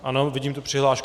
Ano, vidím tu přihlášku.